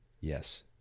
Yes